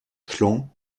clans